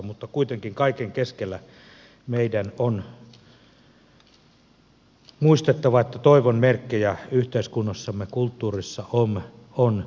mutta kuitenkin kaiken keskellä meidän on muistettava että toivon merkkejä yhteiskunnassamme ja kulttuurissamme on